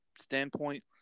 standpoint